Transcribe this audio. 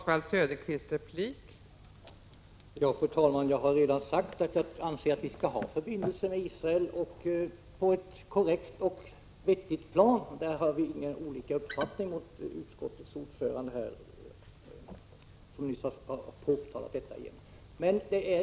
Fru talman! Jag har redan sagt att jag anser att vi skall ha förbindelser med Israel, på ett korrekt och riktigt plan. Där har vi ingen annan uppfattning än utskottets ordförande, som just har framhållit detta.